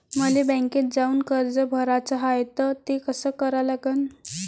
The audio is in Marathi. मले बँकेत जाऊन कर्ज भराच हाय त ते कस करा लागन?